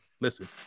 listen